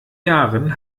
jahren